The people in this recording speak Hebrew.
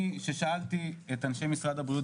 כשאני שאלתי את אנשי משרד הבריאות